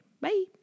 Bye